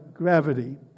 gravity